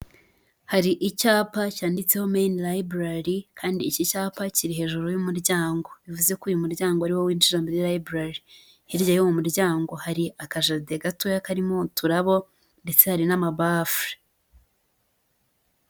Hari icyapa cyanditseho Main library, kandi iki cyapa kiri hejuru y'umuryango. Bivuze ko uyu muryango ari wo winjira muri library. Hirya y'uwo muryango hari aka jardin gatoya karimo uturabo ndetse hari n'amabafre.